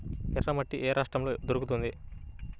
ఎర్రమట్టి ఏ రాష్ట్రంలో దొరుకుతుంది?